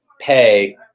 pay